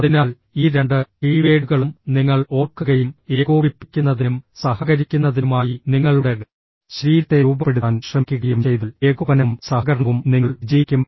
അതിനാൽ ഈ രണ്ട് കീവേഡുകളും നിങ്ങൾ ഓർക്കുകയും ഏകോപിപ്പിക്കുന്നതിനും സഹകരിക്കുന്നതിനുമായി നിങ്ങളുടെ ശരീരത്തെ രൂപപ്പെടുത്താൻ ശ്രമിക്കുകയും ചെയ്താൽ ഏകോപനവും സഹകരണവും നിങ്ങൾ വിജയിക്കും